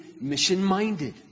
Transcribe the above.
mission-minded